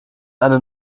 eine